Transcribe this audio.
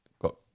got